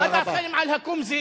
מה דעתכם על הקומזיץ?